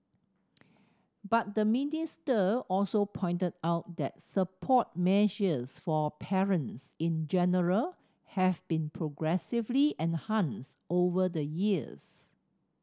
but the minister also pointed out that support measures for parents in general have been progressively enhanced over the years